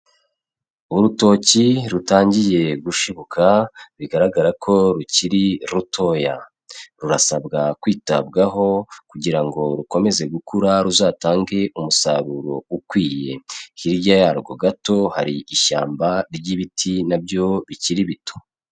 Urutoki rutangiye gushibuka bigaragara ko rukiri rutoya, rurasabwa kwitabwaho kugira ngo rukomeze gukura ruzatange umusaruro ukwiriye, hirya yarwo gato hari ishyamba ry'ibiti nabyo bikiri bito.